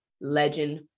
legend